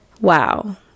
wow